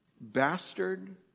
Bastard